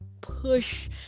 push